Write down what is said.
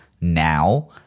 now